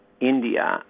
India